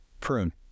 Prune